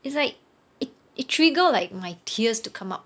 it's like it it trigger like my tears to come up